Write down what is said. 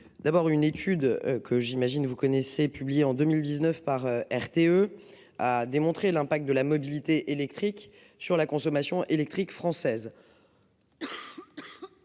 D'abord une étude que j'imagine vous connaissez, publié en 2019 par RTE a démontré l'impact de la mobilité électrique sur la consommation électrique française.